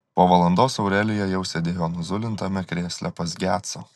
po valandos aurelija jau sėdėjo nuzulintame krėsle pas gecą